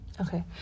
Okay